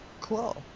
cool